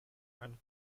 and